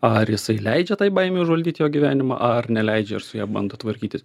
ar jisai leidžia tai baimei užvaldyt jo gyvenimą ar neleidžia ir su ja bando tvarkytis